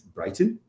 Brighton